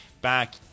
back